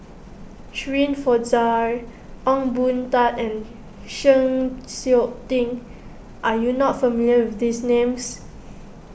Shirin Fozdar Ong Boon Tat and Chng Seok Tin are you not familiar with these names